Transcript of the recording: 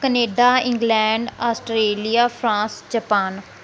Canada England Australia France Japan